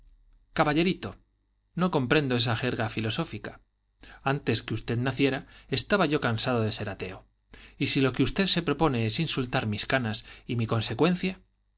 caballerito no comprendo esa jerga filosófica antes que usted naciera estaba yo cansado de ser ateo y si lo que usted se propone es insultar mis canas y mi consecuencia